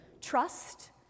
trust